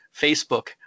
facebook